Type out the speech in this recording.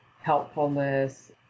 helpfulness